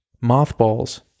mothballs